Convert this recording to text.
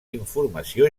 informació